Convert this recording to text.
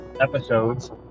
episodes